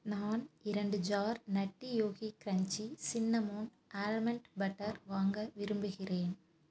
நான் இரண்டு jar nutty Yogi crunchy cinnamon almond butter வாங்க விரும்புகிறேன்